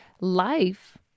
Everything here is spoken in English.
life